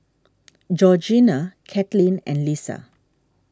Georgeanna Katelyn and Lissa